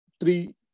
three